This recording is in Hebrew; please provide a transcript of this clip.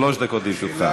שלוש דקות לרשותך.